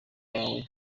wawe